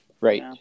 Right